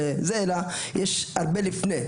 אלא הרבה לפני.